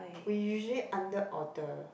we usually under order